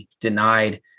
denied